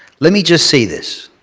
let me just say this.